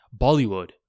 Bollywood